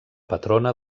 patrona